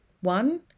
One